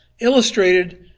Illustrated